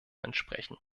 entsprechen